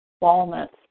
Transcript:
walnuts